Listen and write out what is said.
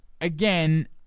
again